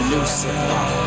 Lucifer